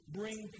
bring